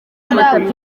amatapi